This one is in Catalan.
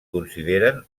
consideren